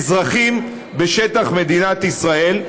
באזרחים בשטח מדינת ישראל.